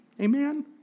Amen